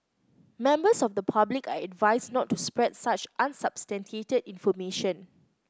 members of the public are advised not to spread such unsubstantiated information